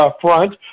front